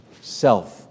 self